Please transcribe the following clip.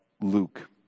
Luke